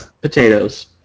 potatoes